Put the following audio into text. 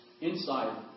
inside